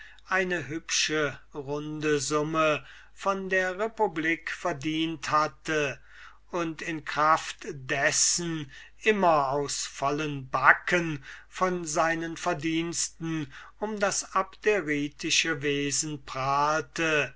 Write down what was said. eine hübsche runde summe von der republik verdient hatte und in kraft dessen immer aus vollen backen von seinen verdiensten um das abderitische wesen prahlte